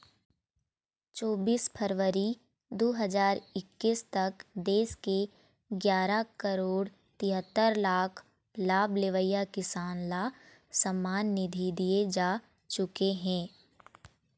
चोबीस फरवरी दू हजार एक्कीस तक देश के गियारा करोड़ तिहत्तर लाख लाभ लेवइया किसान ल सम्मान निधि दिए जा चुके हे